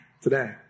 today